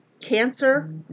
cancer